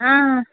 اۭں